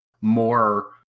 more